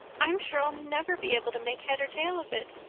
i'm sure i'll never be able to make head or tail of it.